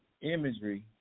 imagery